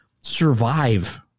survive